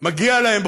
מגיע להם,